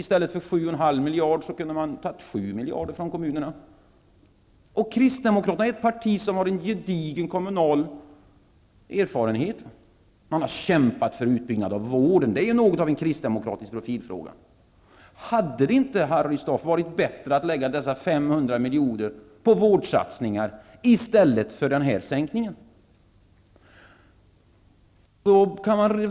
I stället för 7,5 miljard kunde man ha tagit 7 Kristdemokraterna är ett parti som har gedigen kommunal erfarenhet. Man har kämpat för utbyggnad av vården. Det är något av en kristdemokratisk profilfråga. Hade det inte, Harry Staaf, varit bättre att lägga dessa 500 miljoner på vårdsatsningar i stället för att göra en sådan sänkning?